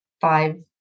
five